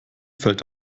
fällt